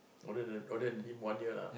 older than older than him one year lah